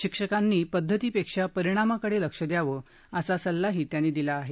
शिक्षकांनी पद्धती पेक्षा परिणामाकडे लक्ष द्यावं असा सल्ला त्यांनी दिला आहे